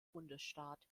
bundesstaat